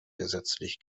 gesetzlich